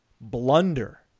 blunder